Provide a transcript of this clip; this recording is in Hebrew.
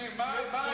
אדוני, מה הקשר?